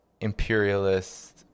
imperialist